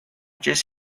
just